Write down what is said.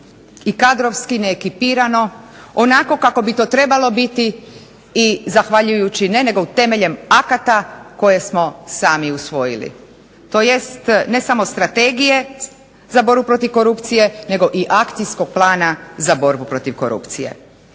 i kadrovski neekipirano onako kako bi to trebalo biti i zahvaljujući, ne nego temeljem akata koje smo sami usvojili, tj. ne samo strategije za borbu protiv korupcije, nego i akcijskog plana za borbu protiv korupcije.